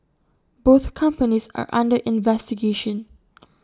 both companies are under investigation